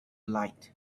light